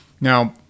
Now